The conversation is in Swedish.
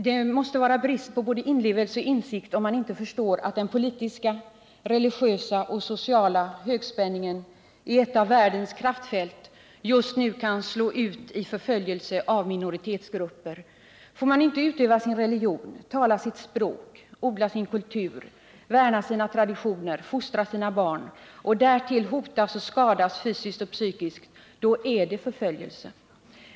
Det måste vara brist på både inlevelse och insikt om man inte förstår att den politiska, religiösa och sociala högspänningen i ett av världens kraftfält just nu kan slå ut i förföljelse av minoritetsgrupper. Får man inte utöva sin religion, tala sitt språk, odla sin kultur, värna om sina traditioner eller fostra sina barn utan i stället hotas och skadas fysiskt och psykiskt är det förföljelse.